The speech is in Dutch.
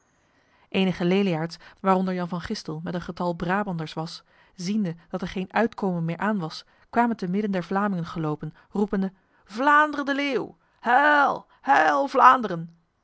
enige leliaards waaronder jan van gistel met een getal brabanders was ziende dat er geen uitkomen meer aan was kwamen te midden der vlamingen gelopen roepende vlaanderen de leeuw heil heil vlaanderen